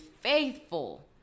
faithful